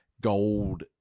gold